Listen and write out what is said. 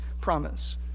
promise